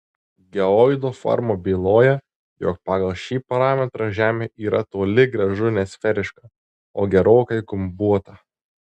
geoido forma byloja jog pagal šį parametrą žemė yra toli gražu ne sferiška o gerokai gumbuota